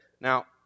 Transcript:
Now